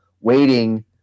waiting